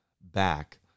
back